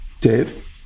Dave